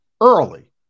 early